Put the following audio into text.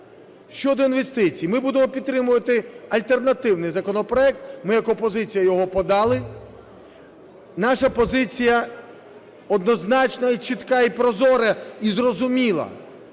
Щодо інвестицій. Ми будемо підтримувати альтернативний законопроект, ми як опозиція його подали. Наша позиція однозначно і чітка, і прозора, і зрозуміла: